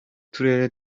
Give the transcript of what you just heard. turere